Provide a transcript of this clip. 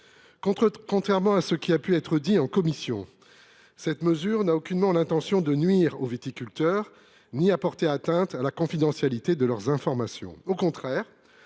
Contrairement à ce qui a pu être dit en commission, cette mesure n’a pour effet ni de nuire aux viticulteurs ni de porter atteinte à la confidentialité de leurs informations à caractère